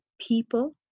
people